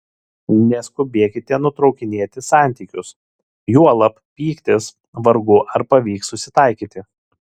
neskubėkite nutraukinėti santykius juolab pyktis vargu ar pavyks susitaikyti